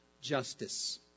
justice